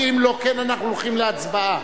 שאם לא כן אנחנו הולכים להצבעה.